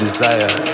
desire